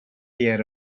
yer